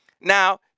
Now